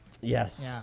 Yes